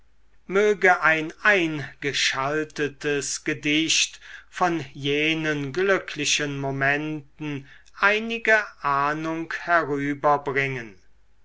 möge ein eingeschaltetes gedicht von jenen glücklichen momenten einige ahnung